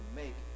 make